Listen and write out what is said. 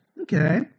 Okay